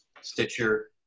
Stitcher